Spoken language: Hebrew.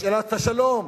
בשאלת השלום,